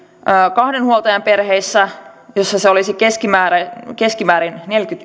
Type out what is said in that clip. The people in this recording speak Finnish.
kahden huoltajan perheissä joissa se olisi keskimäärin